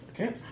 Okay